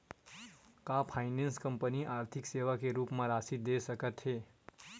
का finance company आर्थिक सेवा के रूप म राशि दे सकत हे?